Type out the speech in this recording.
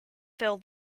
fill